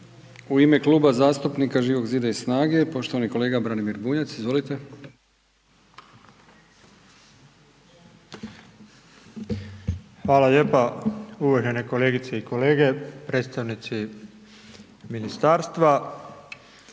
U ime Kluba zastupnika Živog Zida i SNAGA-e, poštovani kolega Branimir Bunjac, izvolite. **Bunjac, Branimir (Živi zid)** Hvala lijepa uvažene kolegice i kolege, predstavnici ministarstva.